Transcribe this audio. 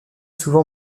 souvent